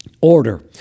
order